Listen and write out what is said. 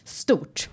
stort